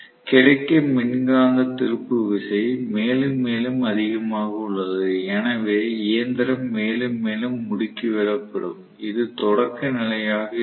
கிடைக்கும் மின்காந்த திருப்பு விசை மேலும் மேலும் அதிகமாக உள்ளது எனவே இயந்திரம் மேலும் மேலும் முடுக்கிவிடப் படும் இது தொடக்க நிலையாக இருக்கும்